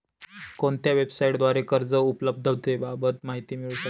कोणत्या वेबसाईटद्वारे कर्ज उपलब्धतेबाबत माहिती मिळू शकते?